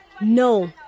No